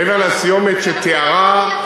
מעבר לסיומת שתיארה,